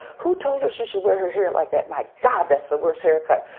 who told her she should wear her hair like that? my god, that's the worst haircut.